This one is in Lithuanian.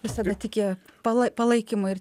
visada tikėjo palai palaikymo ir